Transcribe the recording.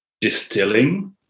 distilling